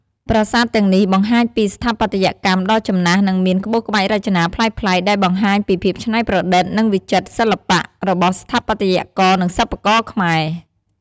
ប្រាសាទទាំងនេះបង្ហាញពីស្ថាបត្យកម្មដ៏ចំណាស់ និងមានក្បូរក្បាច់រចនាប្លែកៗ ដែលបង្ហាញពីភាពច្នៃប្រឌិត និងវិចិត្រសិល្បៈរបស់ស្ថាបត្យករ និងសិប្បករខ្មែរ។